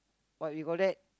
what you call that